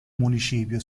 municipio